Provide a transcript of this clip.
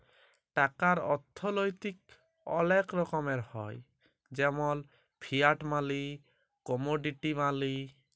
টাকার অথ্থলৈতিক অলেক রকমের হ্যয় যেমল ফিয়াট মালি, কমোডিটি মালি